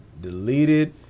Deleted